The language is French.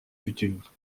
futures